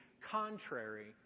contrary